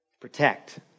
Protect